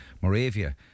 Moravia